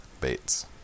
Bates